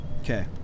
Okay